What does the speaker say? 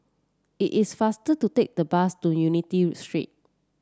it is faster to take the bus to Unity Street